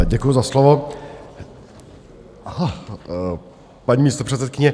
Děkuju za slovo, paní místopředsedkyně.